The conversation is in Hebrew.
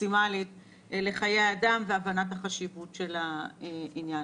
מקסימלית לחיי אדם והבנת החשיבות של העניין.